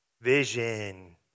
Vision